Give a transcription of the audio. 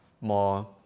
more